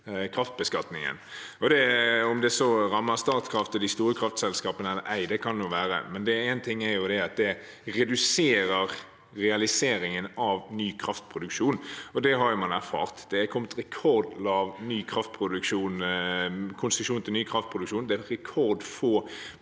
Om det så rammer Statkraft og de store kraftselskapene eller ei, får nå være, men det reduserer realiseringen av ny kraftproduksjon. Det har man erfart. Det er kommet rekordfå konsesjoner til ny kraftproduksjon,